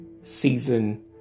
season